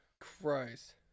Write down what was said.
Christ